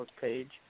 page